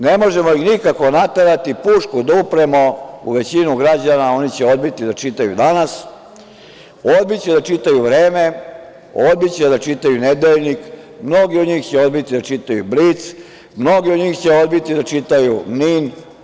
Ne možemo ih nikako naterati, pušku da upremo u većinu građana, oni će odbiti da čitaju „Danas“, odbiće da čitaju „Vreme“, odbiće da čitaju „Nedeljnik“, mnogi od njih će odbiti da čitaju „Blic“, mnogi od njih će odbiti da čitaju „ NIN“